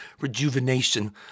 rejuvenation